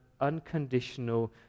unconditional